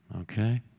okay